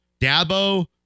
Dabo